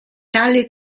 tale